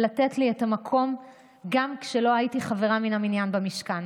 ולתת לי את המקום גם כשלא הייתי חברה מן המניין במשכן.